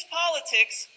politics